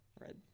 red